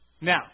Now